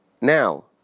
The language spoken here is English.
Now